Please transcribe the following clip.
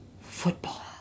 football